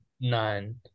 Nine